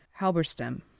Halberstam